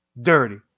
dirty